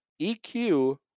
EQ